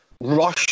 Rush